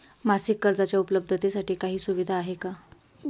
मासिक कर्जाच्या उपलब्धतेसाठी काही सुविधा आहे का?